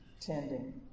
tending